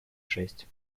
шесть